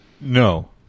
No